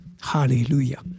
Hallelujah